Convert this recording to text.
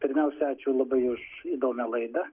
pirmiausia ačiū labai už įdomią laidą